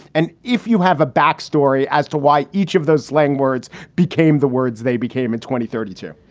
and if you have a back story as to why each of those slang words became the words they became in twenty, thirty two?